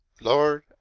lord